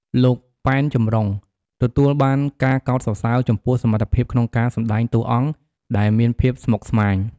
លោក ប៉ែន ចំរុង ទទួលបានការកោតសរសើរចំពោះសមត្ថភាពក្នុងការសម្ដែងតួអង្គដែលមានភាពស្មុគស្មាញ។